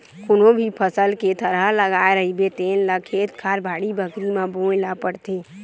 कोनो भी फसल के थरहा लगाए रहिबे तेन ल खेत खार, बाड़ी बखरी म बोए ल परथे